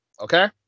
Okay